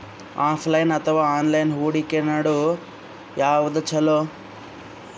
Offline ಅಥವಾ online ಹೂಡಿಕೆ ನಡು ಯವಾದ ಛೊಲೊ?